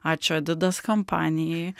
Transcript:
ačiū adidas kompanijai